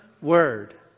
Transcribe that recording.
word